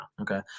Okay